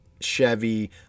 Chevy